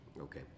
Okay